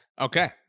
Okay